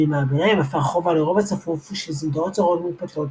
בימי הביניים הפך הרובע לרובע צפוף של סמטאות צרות ומתפתלות,